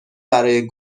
برای